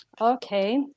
okay